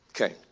Okay